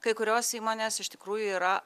kai kurios įmonės iš tikrųjų yra